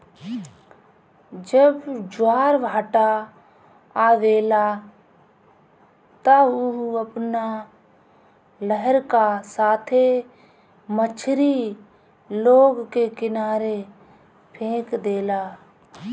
जब ज्वारभाटा आवेला त उ अपना लहर का साथे मछरी लोग के किनारे फेक देला